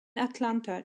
atlanta